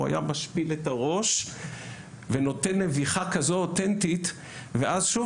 הוא היה משפיל את הראש ונותן נביחה כזו אוטנטית ואז שוב